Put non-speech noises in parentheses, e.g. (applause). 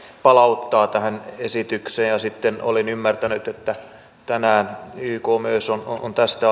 palauttaa tähän esitykseen ja sitten olen ymmärtänyt että tänään yk myös on on tästä (unintelligible)